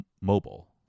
mobile